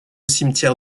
cimetière